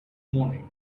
morning